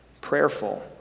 prayerful